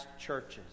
churches